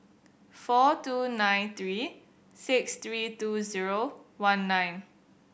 four two nine three six three two zero one nine